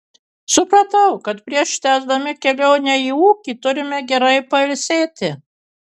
supratau kad prieš tęsdami kelionę į ūkį turime gerai pailsėti